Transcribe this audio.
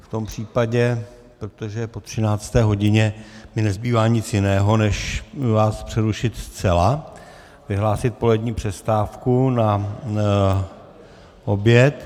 V tom případě, protože je po 13. hodině, mi nezbývá nic jiného než vás přerušit zcela, vyhlásit polední přestávku na oběd.